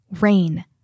rain